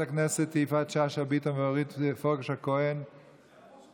הכנסת יפעת שאשא ביטון ואורית פרקש הכהן אינן,